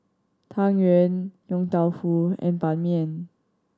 Tang Yuen Yong Tau Foo and Ban Mian